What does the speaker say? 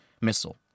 missile